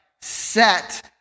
set